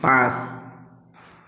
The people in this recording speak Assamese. পাঁচ